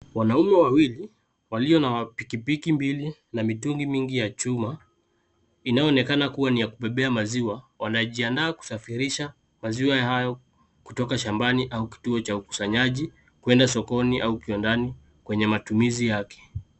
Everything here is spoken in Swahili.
Wanaume wawili walio na pikipiki mbili na mitungi mingi ya chuma inayoonekana kuwa ni ya kubebea maziwa. Wanajiandaa kusafirisha maziwa hayo kutoka shambani au kituo cha ukusanyaji kuenda sokoni au kiwandani kwenye matumizi yake.